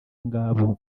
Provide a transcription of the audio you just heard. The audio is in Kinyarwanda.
ngabo